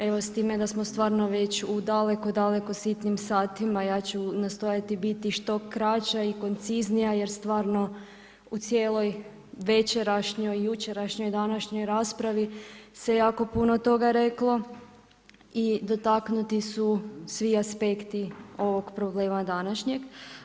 Evo s time da smo stvarno već u daleko, daleko sitnim satima ja ću nastojati biti što kraća i konciznija jer stvarno u cijeloj večerašnjoj i jučerašnjoj i današnjoj raspravi se jako puno toga reklo i dotaknuti su svi aspekti ovog problema današnjeg.